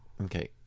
Okay